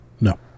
No